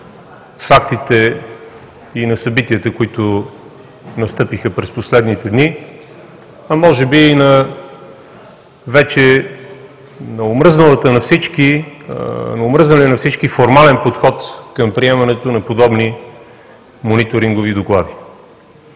фактите, и на събитията, които настъпиха през последните дни, а може би и на вече омръзналия на всички формален подход към приемането на подобни мониторингови доклади.